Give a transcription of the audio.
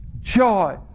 Joy